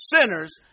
sinners